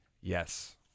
yes